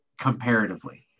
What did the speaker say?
comparatively